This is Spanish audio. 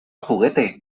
juguete